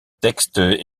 textes